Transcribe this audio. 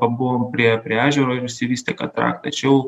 pabuvom prie prie ežero ir išsivystė katarakta čia jau